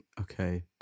okay